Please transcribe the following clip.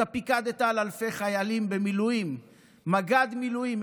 אתה פיקדת על אלפי חיילים במילואים כמג"ד במילואים.